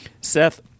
Seth